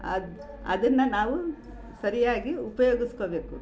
ಅದು ಅದನ್ನು ನಾವು ಸರಿಯಾಗಿ ಉಪಯೋಗಿಸ್ಕೋಬೇಕು